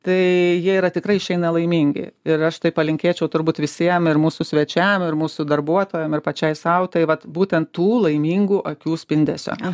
tai jie yra tikrai išeina laimingi ir aš tai palinkėčiau turbūt visiem ir mūsų svečiam ir mūsų darbuotojam ir pačiai sau tai vat būtent tų laimingų akių spindesio